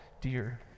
dear